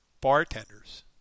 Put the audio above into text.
bartenders